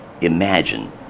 imagine